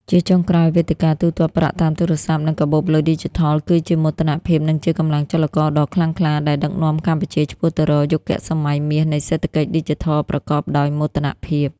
ជាចុងក្រោយ វេទិកាទូទាត់ប្រាក់តាមទូរស័ព្ទ និងកាបូបលុយឌីជីថល គឺជាមោទនភាព និងជាកម្លាំងចលករដ៏ខ្លាំងក្លាដែលដឹកនាំកម្ពុជាឆ្ពោះទៅរកយុគសម័យមាសនៃសេដ្ឋកិច្ចឌីជីថលប្រកបដោយមោទនភាព។